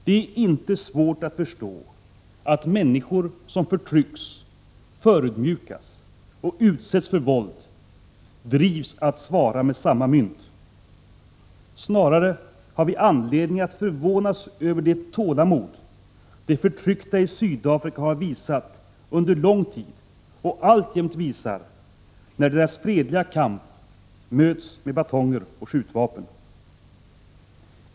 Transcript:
Det är inte svårt att förstå att människor som förtrycks, förödmjukas och utsätts för våld drivs att svara med samma mynt. Snarare har vi anledning att förvånas över det tålamod de förtryckta i Sydafrika under lång tid har visat och alltjämt visar, när deras fredliga kamp möts med batonger och skjutvapen.